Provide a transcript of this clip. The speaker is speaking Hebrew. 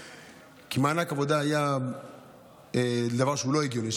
כי מענק עבודה היה דבר שהוא לא הגיוני,